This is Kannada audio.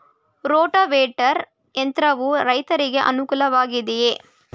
ರೋಟಾವೇಟರ್ ಯಂತ್ರವು ರೈತರಿಗೆ ಅನುಕೂಲ ವಾಗಿದೆಯೇ?